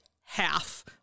half